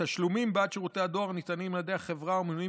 התשלומים בעד שירותי דואר הניתנים על ידי החברה ומנויים